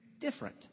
different